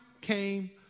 came